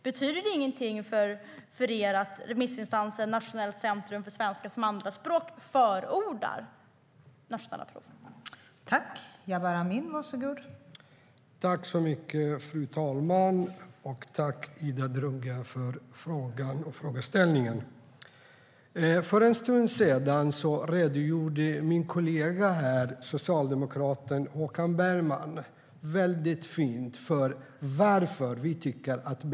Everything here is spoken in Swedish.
Betyder det ingenting för er att remissinstansen Nationellt centrum för svenska som andraspråk förordar nationella prov, Jabar Amin?